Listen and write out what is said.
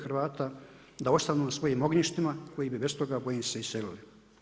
Hrvata da ostanu na svojim ognjištima koji bi bez toga bojim se iselili.